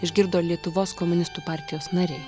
išgirdo lietuvos komunistų partijos nariai